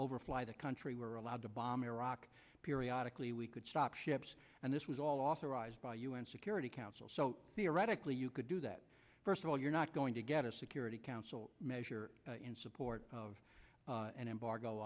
overfly the country were allowed to bomb iraq periodically we could stop ships and this was all authorized by u n security council so theoretically you could do that first of all you're not going to get a security council measure in support of an embargo